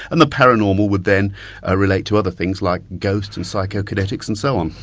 and the paranormal would then ah relate to other things like ghosts and psychokinetics and so on.